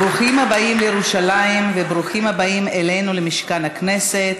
ברוכים הבאים לירושלים וברוכים הבאים אלינו למשכן הכנסת,